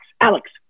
Alex